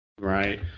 Right